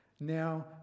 Now